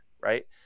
right